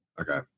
Okay